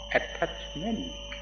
attachment